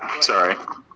Sorry